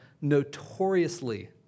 notoriously